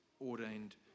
ordained